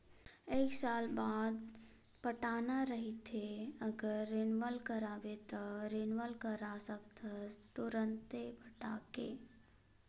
एक साल बाद पटाना रहिथे अगर रिनवल कराबे त रिनवल करा सकथस तुंरते पटाके